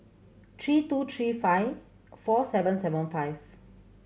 three two three five four seven seven five